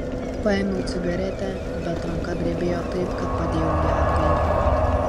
paėmiau cigaretę bet ranka drebėjo taip kad padėjau ją atgal